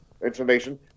information